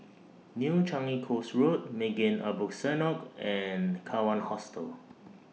New Changi Coast Road Maghain Aboth Synagogue and Kawan Hostel